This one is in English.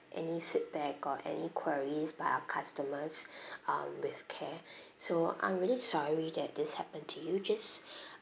any feedback or any queries by our customers um with care so I'm really sorry that this happen to you just